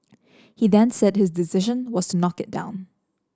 he then said his decision was to knock it down